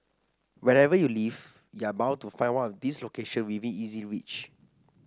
wherever you live you are bound to find one of these location within easy reach